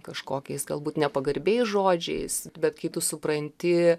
kažkokiais galbūt nepagarbiais žodžiais bet kai tu supranti